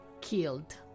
killed